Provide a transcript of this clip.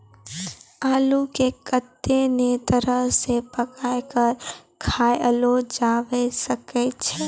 अल्लू के कत्ते नै तरह से पकाय कय खायलो जावै सकै छै